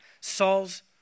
Saul's